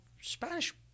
Spanish